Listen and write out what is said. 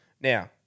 Now